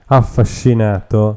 affascinato